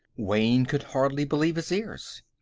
wayne could hardly believe his ears.